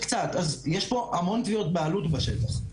קצת, אז יש המון תביעות בעלות בשטח הזה.